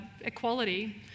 equality